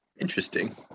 Interesting